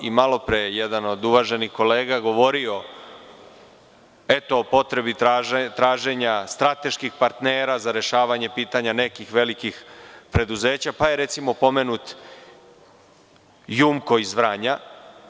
Malopre je jedan od uvaženih kolega govorio o potrebi traženja strateških partnera za rešavanje pitanja nekih velikih preduzeća, pa je recimo, pomenut JUMKO iz Vranja.